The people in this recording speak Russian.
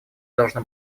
должна